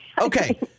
Okay